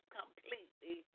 completely